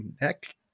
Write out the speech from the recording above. neck